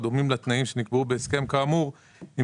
הדומים לתנאים שנקבעו בהסכם כאמור עם